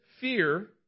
fear